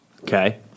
Okay